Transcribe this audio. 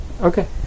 Okay